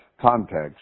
context